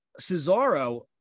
Cesaro